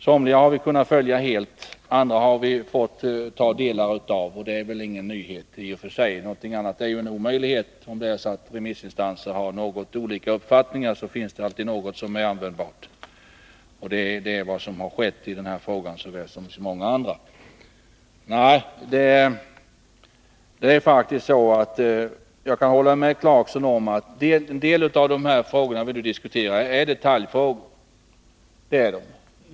Somliga har vi kunnat följa helt, andra har vi tillmötesgått i vissa delar. Något annat vore ju en orimlighet. Även om remissinstanserna har olika uppfattningar, finns det alltid något som är användbart. Det är vad som har skett i den här frågan, såväl som i så många andra. Jag kan hålla med Rolf Clarkson om att en del av de frågor vi nu diskuterar är detaljfrågor.